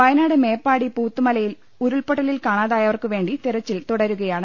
വയനാട് മേപ്പാടി പുത്തുമലയിൽ ഉരുൾപൊട്ടലിൽ കാണാതായവർക്കുവേണ്ടി തെരച്ചിൽ തുടരുകയാണ്